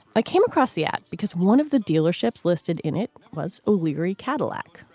i came across that because one of the dealerships listed in it was o'leary cadillac,